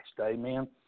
Amen